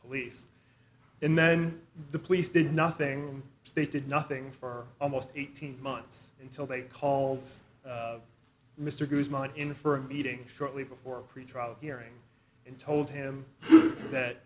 police in then the police did nothing so they did nothing for almost eighteen months until they called mr guzman in for a meeting shortly before pretrial hearing and told him that